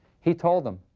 he told them,